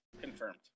Confirmed